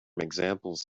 examples